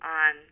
on